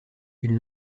une